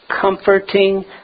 comforting